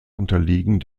unterliegen